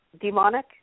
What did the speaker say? demonic